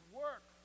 work